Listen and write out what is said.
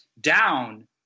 down